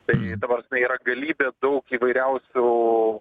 tai ta prasme yra galybė daug įvairiausių